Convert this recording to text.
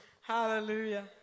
Hallelujah